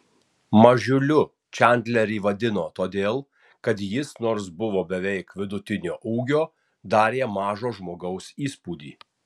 mažiuliu čandlerį vadino todėl kad jis nors buvo beveik vidutinio ūgio darė mažo žmogaus įspūdį